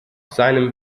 seinem